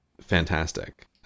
fantastic